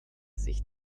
sich